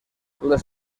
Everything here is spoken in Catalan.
les